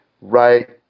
right